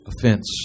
offense